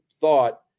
thought